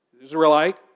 Israelite